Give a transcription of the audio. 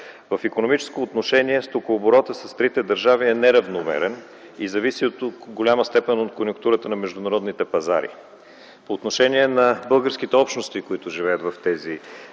В икономическо отношение стокооборотът с трите държави е неравномерен и зависи до голяма степен от конюнктурата на международните пазари. По отношение на българските общности, които живеят в тези